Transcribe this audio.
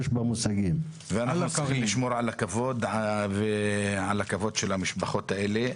ואנחנו צריכים לשמור על הכבוד של המשפחות האלה,